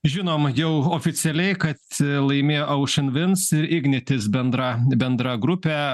žinom jau oficialiai kad laimėjo ocean winds ir ignitis bendra bendra grupė